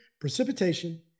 precipitation